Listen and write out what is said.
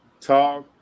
talk